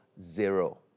zero